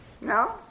No